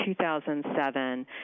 2007